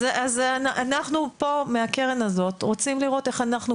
אז אנחנו פה מהקרן הזאת רוצים לראות איך אנחנו